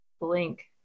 blink